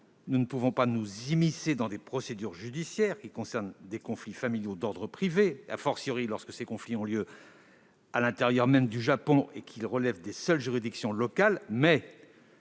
nous ne pouvons pas nous immiscer dans des procédures judiciaires qui concernent des conflits familiaux d'ordre privé, lorsque ces conflits ont lieu à l'intérieur même du Japon et qu'ils relèvent des seules juridictions locales, mais